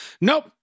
Nope